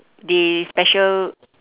they special